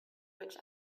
which